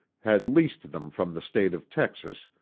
had leased them from the state of texas,